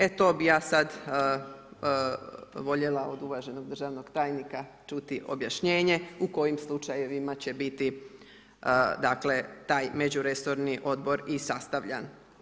E to bi ja sad voljela od uvaženog državnog tajnika čuti objašnjenje u kojim slučajevima će biti taj međuresorni odbor i sastavljan.